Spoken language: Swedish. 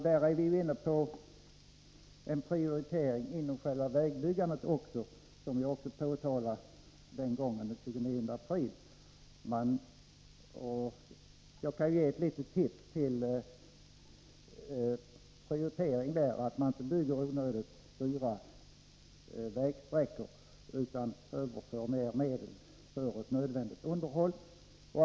Här kommer man ju också in på en prioritering inom själva vägbyggandet, vilket också påtalades den 29 april. Jag kan ge ett litet tips när det gäller prioritering. Man bör inte bygga onödigt dyra vägar, utan i stället anslå mera medel till underhållet.